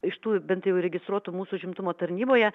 iš tų bent jau registruotų mūsų užimtumo tarnyboje